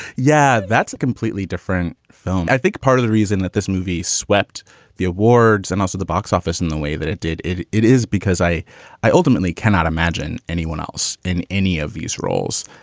yeah. that's a completely different film. i think part of the reason that this movie swept the awards and also the box office in the way that it did it it is because i i ultimately cannot imagine anyone else in any of these roles,